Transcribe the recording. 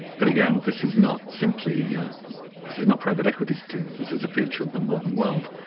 but again this is not simply, yeah this is not private equity's doing, this is a feature of the modern world.